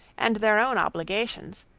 and their own obligations,